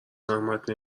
زحمت